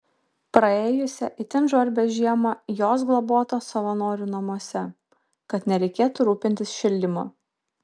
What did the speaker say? praėjusią itin žvarbią žiemą jos globotos savanorių namuose kad nereikėtų rūpintis šildymu